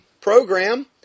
program